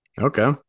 Okay